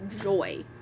joy